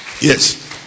yes